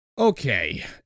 Okay